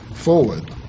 forward